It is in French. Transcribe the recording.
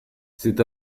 c’est